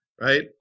right